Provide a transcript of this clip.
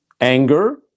anger